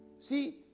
See